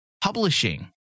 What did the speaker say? publishing